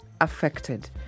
affected